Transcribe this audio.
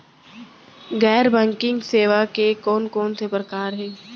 गैर बैंकिंग सेवा के कोन कोन से प्रकार हे?